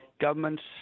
governments